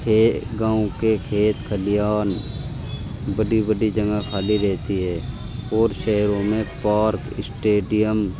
کھیت گاؤں کے کھیت کھلیان بڑی بڑی جگہ خالی رہتی ہے اور شہروں میں پارک اسٹیڈیم